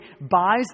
buys